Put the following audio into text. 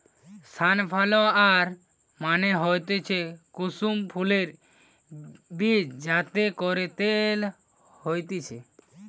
sunflower মানে হতিছে কুসুম ফুলের বীজ যাতে কইরে তেল হতিছে